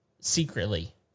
secretly